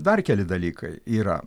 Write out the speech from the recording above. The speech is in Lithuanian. dar keli dalykai yra